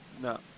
No